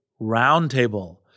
roundtable